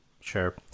Sure